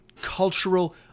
cultural